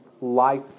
life